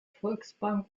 volksbank